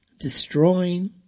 destroying